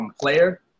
player